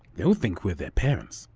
they'll think we're their parents.